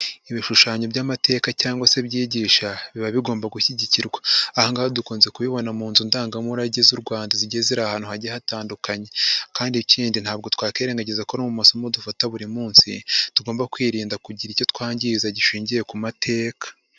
Ibishushanyo by'amateka cyangwa se byigisha, biba bigomba gushyigikirwa, aha ngaha dukunze kubibona mu nzu ndangamurage z'u Rwanda zigiye ziri ahantu hagiye hatandukanye, kandi ikindi ntabwo twakirengagiza ko no mu masomo dufata buri munsi, tugomba kwirinda kugira icyo twangiza gishingiye ku mateka.